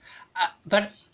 ah but